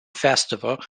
festival